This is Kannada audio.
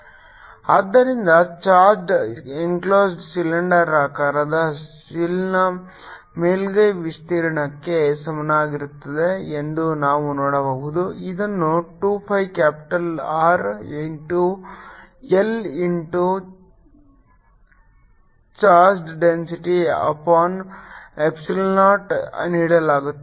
2πrL 2πRLσ0E Rσ0r ಆದ್ದರಿಂದ ಚಾರ್ಜ್ಡ್ ಎನ್ಕ್ಲೋಸ್ಡ್ ಸಿಲಿಂಡರಾಕಾರದ ಶೆಲ್ನ ಮೇಲ್ಮೈ ವಿಸ್ತೀರ್ಣಕ್ಕೆ ಸಮನಾಗಿರುತ್ತದೆ ಎಂದು ನಾವು ನೋಡಬಹುದು ಇದನ್ನು 2 pi capital R into L into charged density upon epsilon naught ನೀಡಲಾಗುತ್ತದೆ